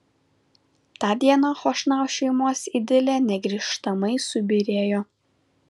tą dieną chošnau šeimos idilė negrįžtamai subyrėjo